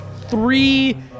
three